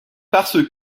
parce